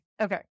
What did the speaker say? Okay